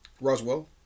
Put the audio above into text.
Roswell